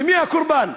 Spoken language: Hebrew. ומי הקורבן?